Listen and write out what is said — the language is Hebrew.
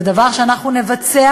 זה דבר שאנחנו נבצע,